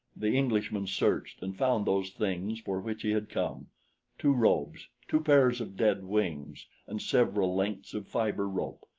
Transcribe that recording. the englishman searched and found those things for which he had come two robes, two pairs of dead wings and several lengths of fiber rope.